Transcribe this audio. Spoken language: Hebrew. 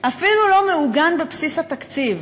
אפילו לא מעוגן בבסיס התקציב.